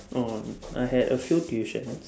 oh I had a few tuitions